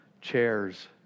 chairs